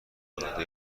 العاده